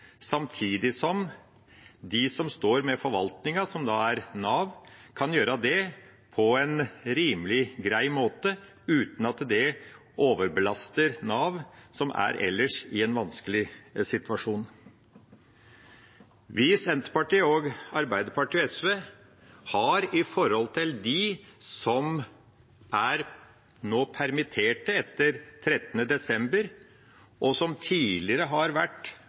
samtidig som de som står for forvaltningen – som da er Nav – kan gjøre det på en rimelig, grei måte, uten at det overbelaster Nav, som er i en vanskelig situasjon ellers. Når det gjelder dem som nå er permittert etter 13. desember, og som tidligere har vært